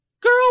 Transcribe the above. girl